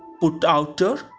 put-outer